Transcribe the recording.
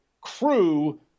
crew